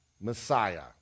Messiah